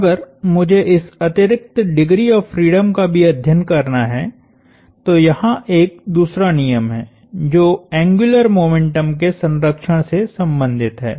अगर मुझे इस अतिरिक्त डिग्री ऑफ़ फ्रीडम का भी अध्ययन करना है तो यहाँ एक दूसरा नियम है जो एंग्युलर मोमेंटम के संरक्षण से संबंधित है